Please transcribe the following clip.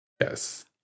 Yes